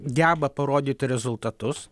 geba parodyt rezultatus